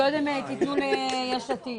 קודם "יש עתיד".